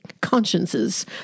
consciences